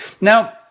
Now